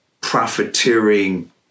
profiteering